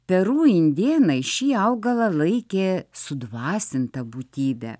peru indėnai šį augalą laikė sudvasinta būtybe